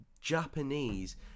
Japanese